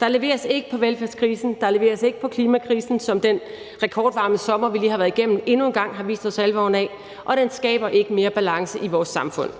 Der leveres ikke på velfærdskrisen. Der leveres ikke på klimakrisen, som den rekordvarme sommer, vi lige har været igennem, endnu en gang har vist os alvoren af, og den skaber ikke mere balance i vores samfund.